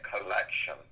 collection